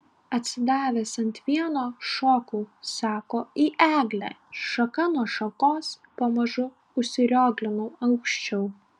atsidavęs ant vieno šokau sako į eglę šaka nuo šakos pamažu užsirioglinau aukščiau